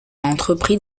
entrepris